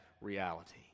reality